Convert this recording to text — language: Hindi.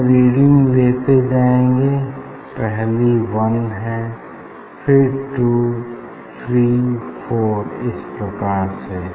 हम रीडिंग लेते जाएंगे पहली वन है फिर टू थ्री फोर इस प्रकार से